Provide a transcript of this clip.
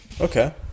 Okay